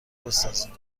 بسازیم